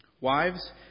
Wives